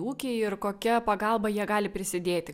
ūkiai ir kokia pagalba jie gali prisidėti